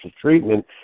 treatment